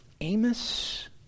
Amos